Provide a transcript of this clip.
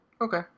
Okay